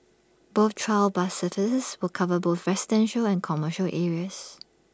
both trial bus services will cover both residential and commercial areas